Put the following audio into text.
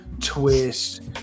twist